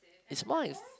is small